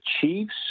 Chiefs